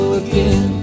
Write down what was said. again